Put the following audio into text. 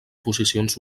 posicions